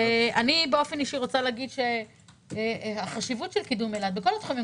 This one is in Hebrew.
אני באופן אישי רוצה להגיד שהחשיבות של קידום אילת בכל התחומים,